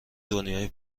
دنیای